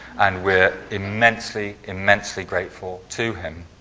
and we're immensely immensely grateful to him.